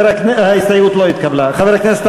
משרד הפנים (פיתוח מבני דת,